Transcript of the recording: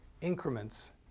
increments